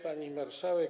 Pani Marszałek!